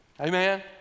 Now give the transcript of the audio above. Amen